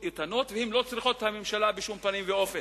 איתנות והן לא צריכות את הממשלה בשום פנים ואופן.